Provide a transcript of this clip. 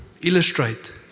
illustrate